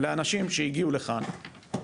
לאנשים שהגיעו לכאן,